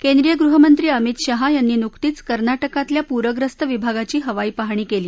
केंद्रीय गृहमंत्री अमित शहा यांनी नुकतीच कर्नाटकातल्या पूर्खस्त विभागाची हवाई पाहणी कली